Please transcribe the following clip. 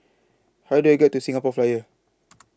How Do I get to The Singapore Flyer